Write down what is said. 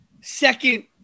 second